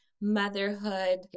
Motherhood